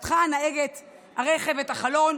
פתחה נהגת הרכב את החלון,